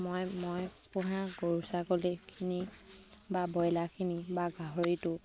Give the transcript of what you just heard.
মই মই পোহা গৰু ছাগলীখিনি বা ব্ৰইলাৰখিনি বা গাহৰিটো